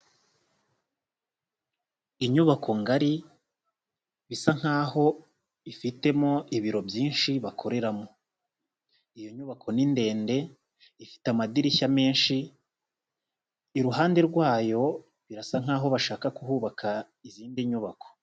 Inyubako ngari bisa nkaho ifitemo ibiro byinshi bakoreramo. Iyo nyubako ni ndende ifite amadirishya menshi, iruhande rwayo, birasa nkaho bashaka kuhubaka izindi nyubako.